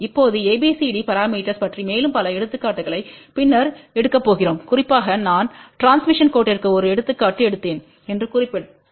இப்போது ABCD parameters பற்றி மேலும் பல எடுத்துக்காட்டுகளை பின்னர் எடுக்கப்போகிறோம் குறிப்பாக நான் டிரான்ஸ்மிஷன் கோட்டிற்கு ஒரு எடுத்துக்காட்டு எடுத்தேன் என்று குறிப்பிட வேண்டும்